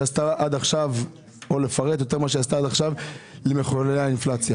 עשתה עד עכשיו לגבי מחוללי האינפלציה?